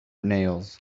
nails